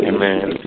Amen